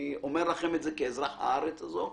אני אומר לכם את זה כאזרח הארץ הזאת.